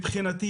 מבחינתי,